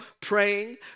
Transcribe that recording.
praying